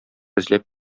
эзләп